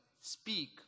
speak